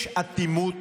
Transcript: יש אטימות